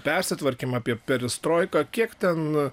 persitvarkymą apie perestroiką kiek ten